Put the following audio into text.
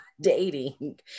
Dating